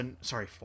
Sorry